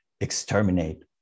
exterminate